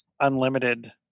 unlimited